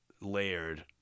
layered